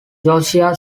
josiah